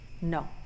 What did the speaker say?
No